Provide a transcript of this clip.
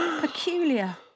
Peculiar